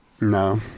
No